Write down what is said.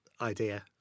idea